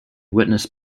witnessed